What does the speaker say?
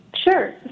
Sure